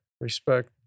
respect